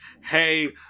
hey